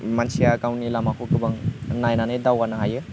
मानसिया गावनि लामाखौ गोबां नायनानै दावगानो हायो